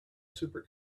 super